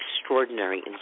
extraordinary